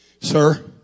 Sir